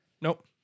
Nope